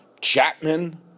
Chapman